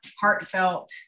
heartfelt